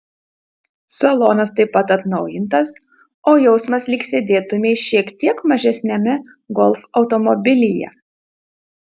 salonas taip pat atnaujintas o jausmas lyg sėdėtumei šiek tiek mažesniame golf automobilyje